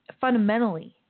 fundamentally